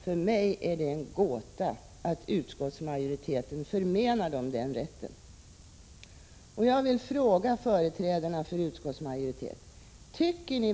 För mig är det en gåta att utskottsmajoriteten förmenar dem den rätten.